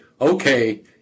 okay